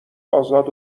ازاد